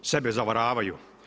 Sebe zavaravaju.